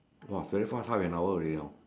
!wah! very fast half an hour already hor